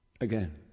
Again